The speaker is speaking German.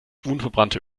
unverbrannte